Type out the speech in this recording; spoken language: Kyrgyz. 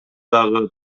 дагы